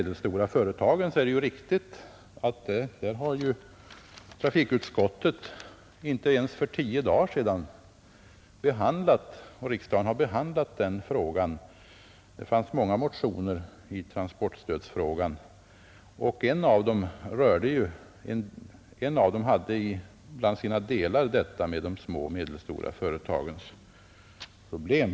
Det är riktigt att trafikutskottet för knappt tio dagar sedan behandlat frågan om de små och medelstora företagen. Många motioner förelåg i transportstödsfrågan, och en av dem tog just upp de små och medelstora företagens problem.